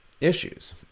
issues